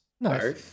No